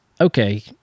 okay